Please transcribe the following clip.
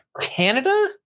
Canada